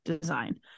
design